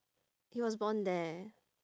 he was born there